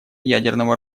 ядерного